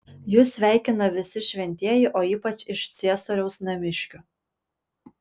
jus sveikina visi šventieji o ypač iš ciesoriaus namiškių